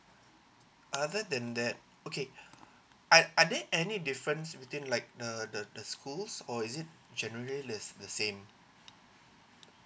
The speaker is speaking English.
other than that okay are are there any difference between like the the the schools or is it generally is the same